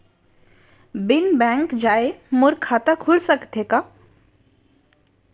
बिना बैंक जाए मोर खाता खुल सकथे का?